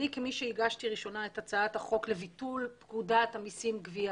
שאני כמי שהגשתי ראשונה את הצעת החוק לביטול פקודת המיסים (גבייה),